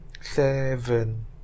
Seven